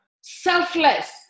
Selfless